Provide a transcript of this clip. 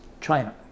China